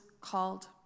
called